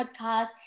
podcast